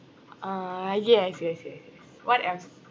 ah yes yes yes yes what else